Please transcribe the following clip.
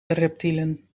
reptielen